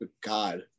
God